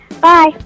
Bye